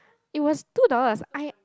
it was two dollars I